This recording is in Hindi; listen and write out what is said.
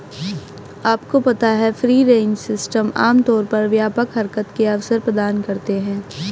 आपको पता है फ्री रेंज सिस्टम आमतौर पर व्यापक हरकत के अवसर प्रदान करते हैं?